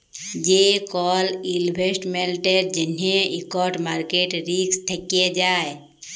যে কল ইলভেস্টমেল্টের জ্যনহে ইকট মার্কেট রিস্ক থ্যাকে যায়